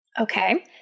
Okay